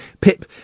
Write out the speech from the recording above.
pip